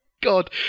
God